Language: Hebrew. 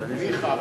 ניחא.